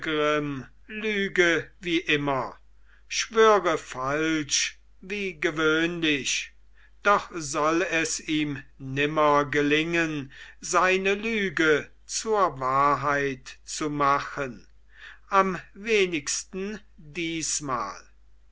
lüge wie immer schwöre falsch wie gewöhnlich doch soll es ihm nimmer gelingen seine lüge zur wahrheit zu machen am wenigsten diesmal